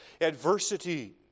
adversity